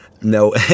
no